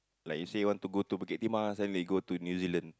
like you say you want to go to Bukit Timah then they go to New Zealand